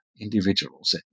individuals